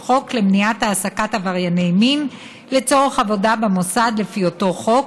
חוק למניעת העסקת עברייני מין לצורך עבודה במוסד לפי אותו חוק,